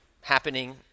happening